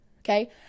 Okay